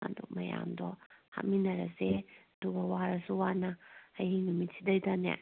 ꯑꯗꯨ ꯃꯌꯥꯝꯗꯣ ꯍꯥꯞꯃꯤꯟꯅꯔꯁꯦ ꯑꯗꯨꯒ ꯋꯥꯔꯁꯨ ꯋꯥꯅ ꯍꯌꯦꯡ ꯅꯨꯃꯤꯠꯁꯤꯗꯩꯗꯅꯦ